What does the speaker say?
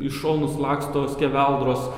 į šonus laksto skeveldros